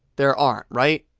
there aren't, right?